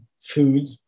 food